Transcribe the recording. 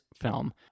film